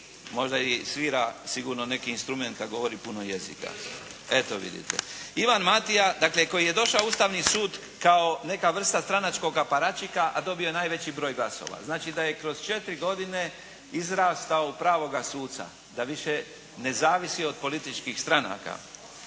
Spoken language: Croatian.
Možda i svira sigurno neki instrument kad govori puno jezika. …/Upadica se ne čuje./… Eto vidite. Ivan Matija dakle koji je došao u Ustavni sud kao neka vrsta stranačkoga paračika a dobio je najveći broj glasova. Znači da je kroz četiri godine izrastao u pravoga suca, da više ne zavisi od političkih stranaka.